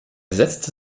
setzte